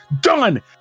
done